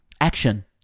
Action